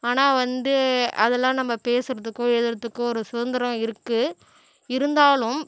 ஆனால் வந்து அதெல்லாம் நம்ம பேசுகிறதுக்கும் எழுதுகிறத்துக்கும் ஒரு சுதந்திரம் இருக்குது இருந்தாலும்